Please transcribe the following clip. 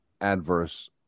adverse